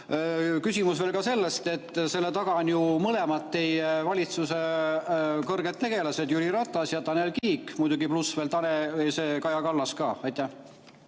Küsimus on ka selles, et selle taga on ju mõlemad teie valitsuse kõrged tegelased, Jüri Ratas ja Tanel Kiik, muidugi veel Kaja Kallas. Aitäh!